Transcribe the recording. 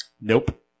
Nope